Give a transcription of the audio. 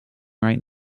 right